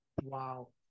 wow